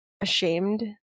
ashamed